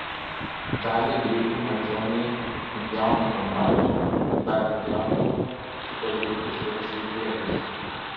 dalį grikių mačioniai nupjauna kombainu dalį pjautuvu šituos grikius suriša į pėdus